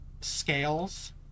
scales